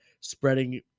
spreading